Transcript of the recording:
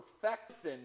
perfect